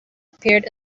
appeared